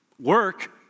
Work